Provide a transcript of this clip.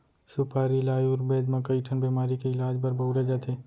सुपारी ल आयुरबेद म कइ ठन बेमारी के इलाज बर बउरे जाथे